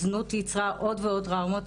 הזנות ייצרה עוד ועוד טראומות.